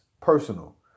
personal